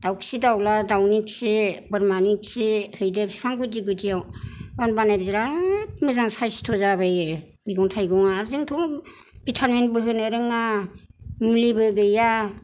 दावखि दावला दाउनि खि बोरमानि खि हैदो बिफां गुदि गुदियाव होमब्लानो बिराद मोजां सायस्थ' जाबोयो मैगं थायगङा आरो जोंथ' भिटामिन बो होनो रोङा मुलिबो गैया